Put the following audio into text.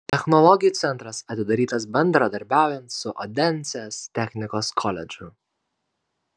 technologijų centras atidarytas bendradarbiaujant su odensės technikos koledžu